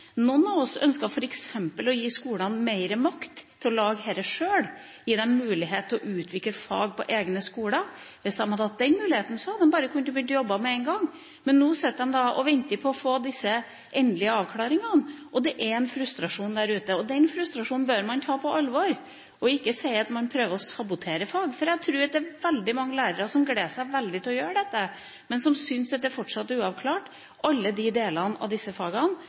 Noen av oss ønsker f.eks. å gi skolene mer makt til å lage dette sjøl – gi dem muligheten til å utvikle fag på egne skoler. Hvis de hadde hatt den muligheten, kunne de begynt å jobbe med en gang, men nå sitter de og venter på å få disse endelige avklaringene. Det er en frustrasjon der ute, og den frustrasjonen bør man ta på alvor og ikke si at man prøver å sabotere fag. Jeg tror det er veldig mange lærere som gleder seg veldig til å gjøre dette, men som syns at alle de delene av disse fagene fortsatt er uavklart, noe som gjør at de